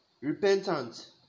repentant